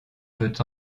peut